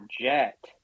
Jet